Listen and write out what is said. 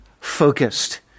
focused